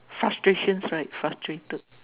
frustrations right frustrated